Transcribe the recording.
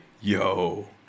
Yo